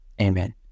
Amen